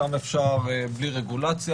שם אפשר בלי רגולציה,